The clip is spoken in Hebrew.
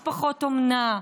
משפחות אומנה,